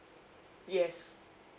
yes